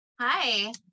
Hi